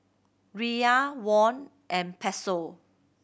Riyal Won and Peso